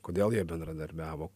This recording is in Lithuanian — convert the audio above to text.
kodėl jie bendradarbiavo